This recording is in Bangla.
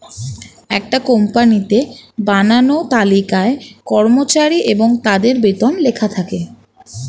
একটা কোম্পানিতে বানানো তালিকায় কর্মচারী এবং তাদের বেতন লেখা থাকে